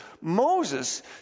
Moses